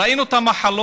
ראינו את המחלות,